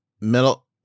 Middle